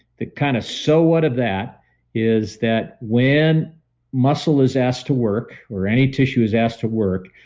the kind of so what of that is that when muscle is asked to work or any tissue is asked to work,